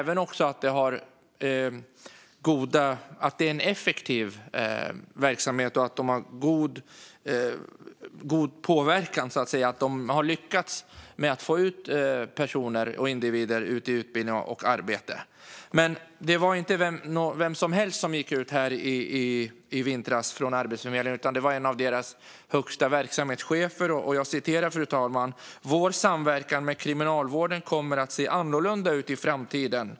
Verksamheten är också effektiv och lyckas väl att få ut individer i utbildning och arbete. Det var inte vem som helst på Arbetsförmedlingen som gick ut med detta i vintras, utan det var en av deras högsta verksamhetschefer som sa: Vår samverkan med kriminalvården kommer att se annorlunda ut i framtiden.